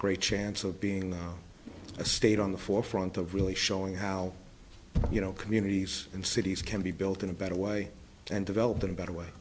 great chance of being a state on the forefront of really showing how you know communities and cities can be built in a better way and developed in a better way